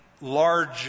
large